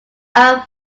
are